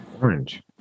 Orange